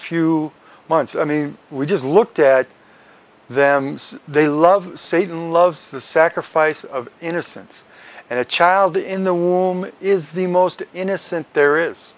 few months i mean we just looked at them they love satan loves the sacrifice of innocence and the child in the womb is the most innocent there is